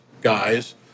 guys